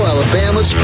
Alabama